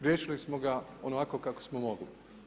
Riješili smo ga onako kako smo mogli.